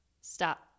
Stop